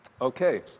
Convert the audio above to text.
Okay